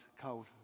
cold